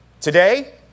today